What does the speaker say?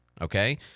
okay